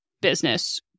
business